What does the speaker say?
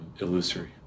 illusory